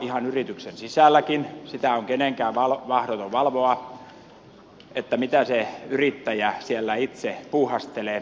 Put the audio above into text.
ihan yrityksen sisälläkin sitä on kenenkään mahdoton valvoa mitä se yrittäjä siellä itse puuhastelee